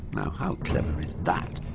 how clever is that!